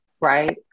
right